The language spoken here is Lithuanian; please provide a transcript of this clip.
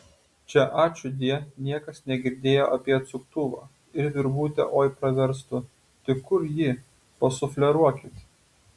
čia ačiūdie niekas negirdėjo apie atsuktuvą ir virvutė oi praverstų tik kur ji pasufleruokit